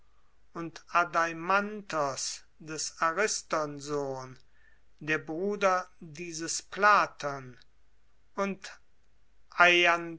und adeimantos des ariston sohn der bruder dieses platon und